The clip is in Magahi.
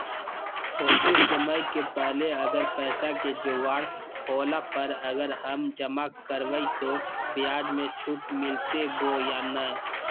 होतय समय से पहले अगर पैसा के जोगाड़ होला पर, अगर हम जमा करबय तो, ब्याज मे छुट मिलते बोया नय?